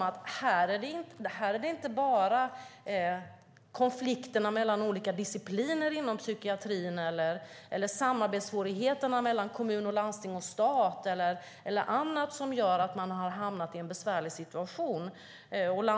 Det handlar inte bara om konflikterna mellan olika discipliner inom psykiatrin, om samarbetssvårigheterna mellan kommun, landsting och stat, om landstingens dåliga ekonomi eller annat som leder till en besvärlig situation.